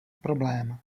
problém